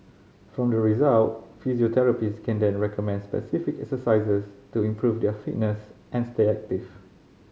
from the result physiotherapists can then recommend specific exercises to improve their fitness and stay active